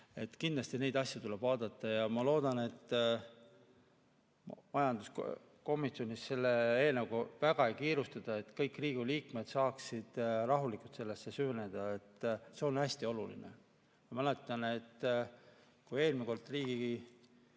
Kindlasti neid asju tuleb vaadata. Ma loodan, et majanduskomisjonis selle eelnõuga väga ei kiirustata ja kõik Riigikogu liikmed saaksid rahulikult sellesse süveneda. See on hästi oluline. Ma mäletan, et kui eelmine kord